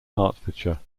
hertfordshire